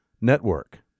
network